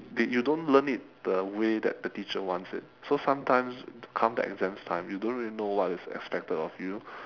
they you don't learn it the way that the teacher wants it so sometimes come the exams time you don't really know what is expected of you